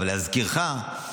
להזכירך,